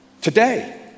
today